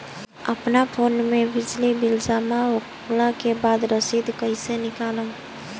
अपना फोन मे बिजली बिल जमा होला के बाद रसीद कैसे निकालम?